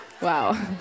Wow